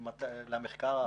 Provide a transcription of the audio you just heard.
נרצה אותו.